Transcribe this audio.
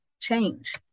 change